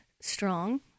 strong